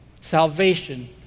salvation